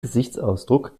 gesichtsausdruck